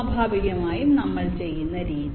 സ്വാഭാവികമായും നമ്മൾ ചെയ്യുന്ന രീതി